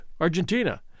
Argentina